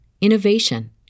innovation